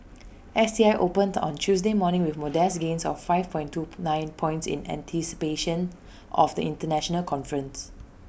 S T I opened on Tuesday morning with modest gains of five point two nine points in anticipation of the International conference